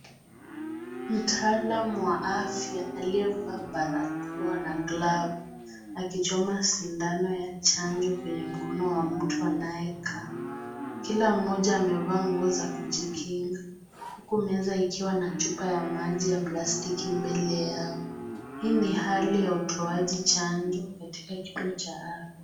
Mtaalamu wa afya aliyevaa barakoa na glavu akichoma sindano ya chanjo kwenye mkono wa mtu anayekaa, kila mmoja amevaa nguo za kujikinga huku meza ikiwa na chupa ya maji ya plastiki mbele yao, hii ni hali ya utoaji chanjo katika kituo cha afya.